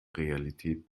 realität